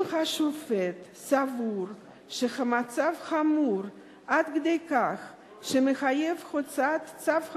אם השופט סבור שהמצב חמור עד כדי כך שהוא מחייב הוצאת צו הגנה,